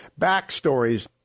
backstories